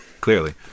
clearly